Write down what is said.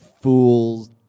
fools